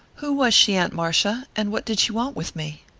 who was she, aunt marcia? and what did she want with me?